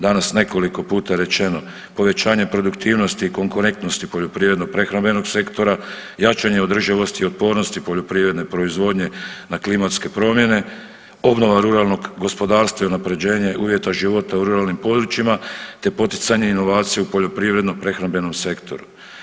Danas nekoliko puta rečeno povećanje produktivnosti i konkurentnosti poljoprivredno prehrambenog sektora, jačanje održivosti i otpornosti poljoprivredne proizvodnje na klimatske promjene, obnova ruralnog gospodarstva i unapređenje uvjeta života u ruralnim područjima te poticanje inovacija u poljoprivredno prehrambenom sektoru.